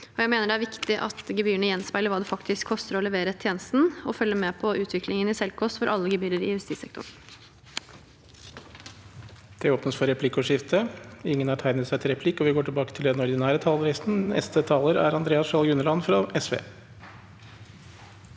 Jeg mener det er viktig at gebyrene gjenspeiler hva det faktisk koster å levere tjenesten. Jeg følger med på utviklingen i selvkost for alle gebyrer i justissektoren.